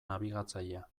nabigatzailea